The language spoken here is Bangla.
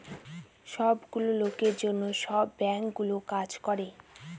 সব গুলো লোকের জন্য সব বাঙ্কগুলো কাজ করে